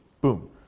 boom